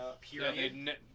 period